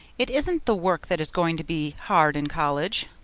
it isn't the work that is going to be hard in college.